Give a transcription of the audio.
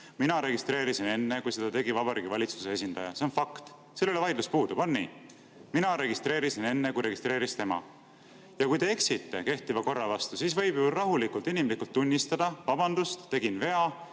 Mina registreerisin enne, kui seda tegi Vabariigi Valitsuse esindaja. See on fakt, selle üle vaidlus puudub, on nii? Mina registreerisin enne, kui registreeris tema. Ja kui te eksite kehtiva korra vastu, siis võib rahulikult inimlikult tunnistada: vabandust, tegin vea,